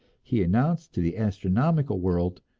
he announced to the astronomical world,